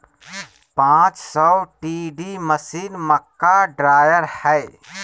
पांच सौ T D machine, मक्का ड्रायर हइ